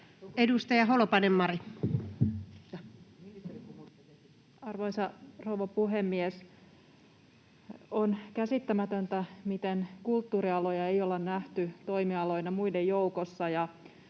14:39 Content: Arvoisa rouva puhemies! On käsittämätöntä, miten kulttuurialoja ei ole nähty toimialoina muiden joukossa.